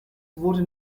wurde